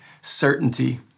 certainty